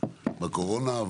בקורונה.